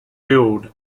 billed